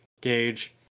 gauge